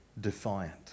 defiant